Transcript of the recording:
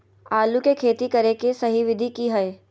आलू के खेती करें के सही विधि की हय?